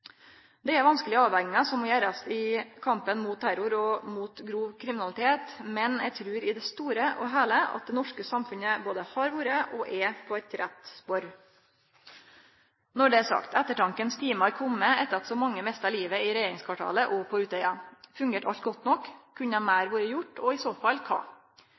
Det er vanskelege avvegingar som må gjerast i kampen mot terror og mot grov kriminalitet, men eg trur i det store og heile at det norske samfunnet har vore – og er – på eit rett spor. Når det er sagt: Ettertankens time har kome etter at så mange mista livet i regjeringskvartalet og på Utøya. Fungerte alt godt nok? Kunne meir ha vore gjort, i så fall kva?